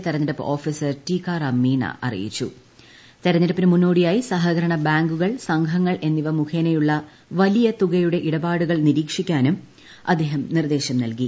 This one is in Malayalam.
തിരഞ്ഞെടുപ്പ് ഓഫീസർ ടിക്കാറാം മീണ തെരഞ്ഞെടുപ്പിന് മുന്നോടിയായി സഹകരണ ബാങ്കുകൾ സംഘങ്ങൾ എന്നിവ മുഖേനയുള്ള വലിയ തുകയുടെ ഇടപാടുകൾ നിരീക്ഷിക്കാനും അദ്ദേഹം നിർദ്ദേശം നൽകി